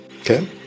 Okay